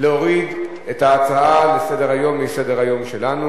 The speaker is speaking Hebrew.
אלו היו הדברים שלי כשדיברתי בהצעה לסדר הקודמת על הדרת